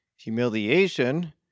humiliation